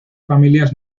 familias